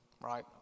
right